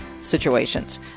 situations